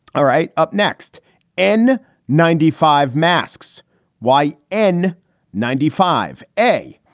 all right. up next and ninety five masks y n ninety five a.